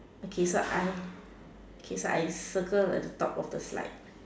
okay so I okay so I circle at the top of the slide